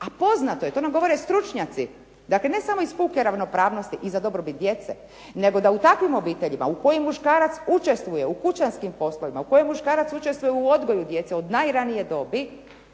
A poznato je to nam govore stručnjaci, ne samo iz puke ravnopravnosti i za dobrobit djece, nego da u takvim obiteljima u kojim muškarac učestvuje u kućanskim poslovima, u kojem muškarac učestvuje u odgoju djece od najranije dobi,